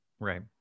right